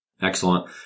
Excellent